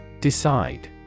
Decide